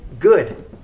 good